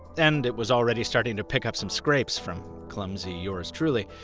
and it was already starting to pick up some scrapes from clumsy yours truly.